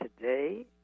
today